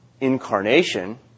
incarnation